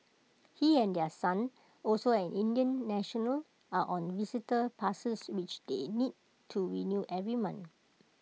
he and their son also an Indian national are on visitor passes which they need to renew every month